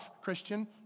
Christian